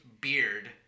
beard